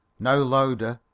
now louder,